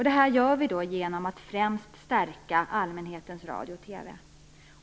Detta uppnår vi främst genom att stärka allmänhetens radio och TV.